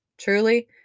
Truly